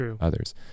Others